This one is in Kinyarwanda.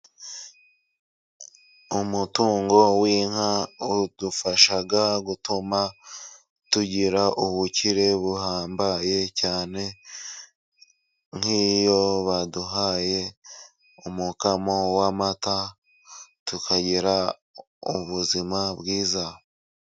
Umutungo w'inka udufasha gutuma tugira ubukire buhambaye cyane, nk'iyo baduhaye umukamo w'amata tugira ubuzima bwiza.